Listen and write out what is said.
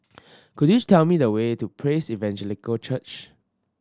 could you tell me the way to Praise Evangelical Church